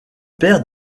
père